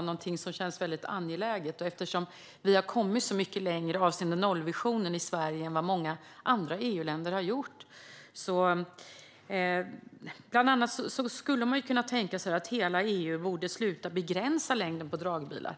något som känns angeläget på hemmaplan. Vi har kommit så mycket längre avseende nollvisionen i Sverige än vad många andra EU-länder har gjort. Bland annat kan man tänka sig att hela EU borde sluta begränsa längden på dragbilar.